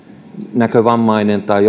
näkövammainen tai